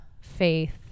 faith